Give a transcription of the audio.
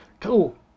Cool